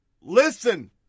listen